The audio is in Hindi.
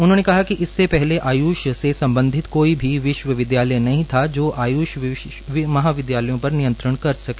उन्होंने कहा कि इससे पहले आय्ष से संबंधित कोई भी विश्वविदयालय नही था जो आय्ष महाविदयालयों पर नियंत्रण कर सके